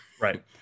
Right